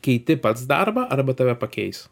keiti pats darbą arba tave pakeis